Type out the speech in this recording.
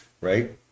right